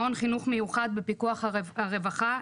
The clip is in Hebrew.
מעון חינוך מיוחד בפיקוח הרווחה,